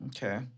Okay